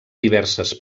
diverses